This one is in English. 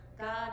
God